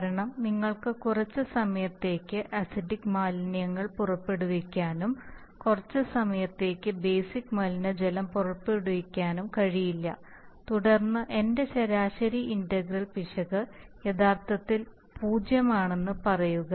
കാരണം നിങ്ങൾക്ക് കുറച്ച് സമയത്തേക്ക് അസിഡിക് മാലിന്യങ്ങൾ പുറപ്പെടുവിക്കാനും കുറച്ച് സമയത്തേക്ക് ബേസിക് മലിനജലം പുറപ്പെടുവിക്കാനും കഴിയില്ല തുടർന്ന് എന്റെ ശരാശരി ഇന്റഗ്രൽ പിശക് യഥാർത്ഥത്തിൽ പൂജ്യമാണെന്ന് പറയുക